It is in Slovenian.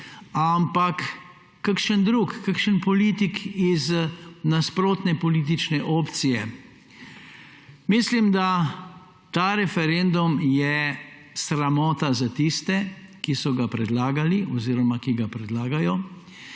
ampak kakšen drug, kakšen politik iz nasprotne politične opcije. Mislim, da je ta referendum sramota za tiste, ki so ga predlagali oziroma ki ga predlagajo,